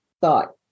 thought